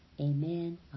Amen